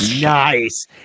Nice